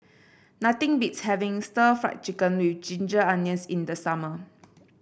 nothing beats having Stir Fried Chicken with Ginger Onions in the summer